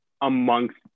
amongst